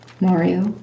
Mario